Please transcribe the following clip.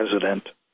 president